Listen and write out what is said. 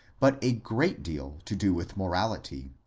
but a great deal to do with morality.